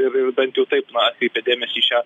ir ir bent jau taip na atkreipė dėmesį į šią